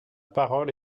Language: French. parole